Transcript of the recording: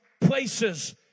places